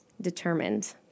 Determined